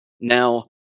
Now